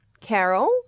Carol